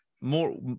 more